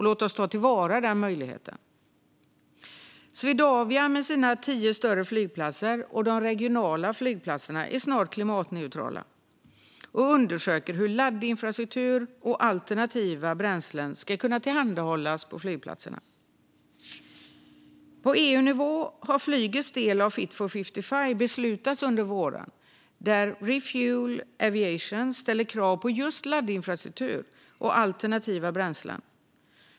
Låt oss ta till vara den möjligheten! Swedavia, med sina tio större flygplatser och de regionala flygplatserna, är snart klimatneutralt. Man undersöker nu hur laddinfrastruktur och alternativa bränslen ska kunna tillhandahållas på flygplatserna. På EU-nivå har under våren beslut fattats om flygets del av Fit for 55, där ReFuelEU Aviation ställer krav på just laddinfrastruktur och alternativa bränslen.